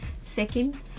Second